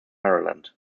maryland